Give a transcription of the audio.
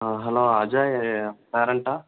ஆ hello Ajay பேரன்ட்டா